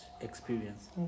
experience